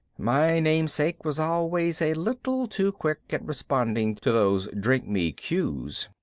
my namesake was always a little too quick at responding to those drink me cues.